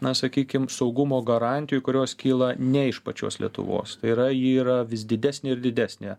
na sakykim saugumo garantijų kurios kyla ne iš pačios lietuvos tai yra ji yra vis didesnė ir didesnė